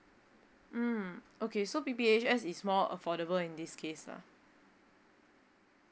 mm okay so P_P_H_S is more affordable in this case lah